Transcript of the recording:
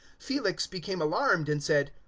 felix became alarmed and said,